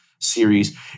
series